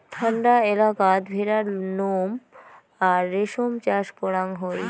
ঠান্ডা এলাকাত ভেড়ার নোম আর রেশম চাষ করাং হই